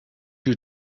you